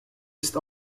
ist